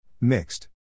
Mixed